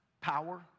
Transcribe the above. power